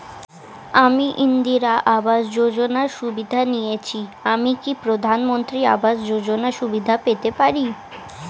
আমি ইন্দিরা আবাস যোজনার সুবিধা নেয়েছি আমি কি প্রধানমন্ত্রী আবাস যোজনা সুবিধা পেতে পারি?